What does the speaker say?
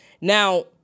Now